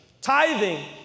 Tithing